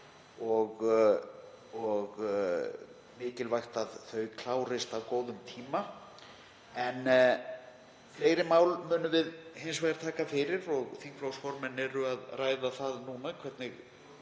og mikilvægt að þau klárist á góðum tíma. Fleiri mál munum við hins vegar taka fyrir og þingflokksformenn eru að ræða það núna